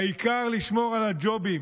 העיקר לשמור על הג'ובים,